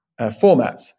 formats